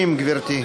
160. גברתי.